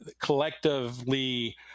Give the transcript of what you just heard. collectively